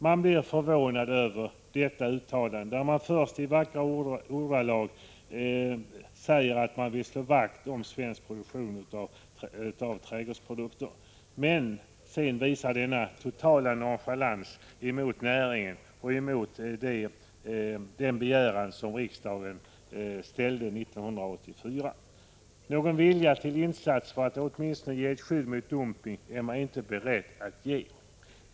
Man blir förvånad över detta uttalande, där man först i vackra ordalag säger att man vill slå vakt om svensk produktion av trädgårdsprodukter men sedan visar denna totala nonchalans mot näringen och mot riksdagens begäran 1984. Någon vilja till insats för att åtminstone ge ett skydd mot dumpning är man inte beredd att visa.